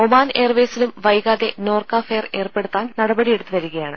Oman എയർവേസിലും വൈകാതെ നോർക്കാഫെ യർ ഏർപ്പെടുത്താൻ നടപടിയെടുത്തു വരികയാണ്